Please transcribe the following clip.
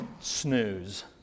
snooze